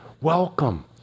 welcome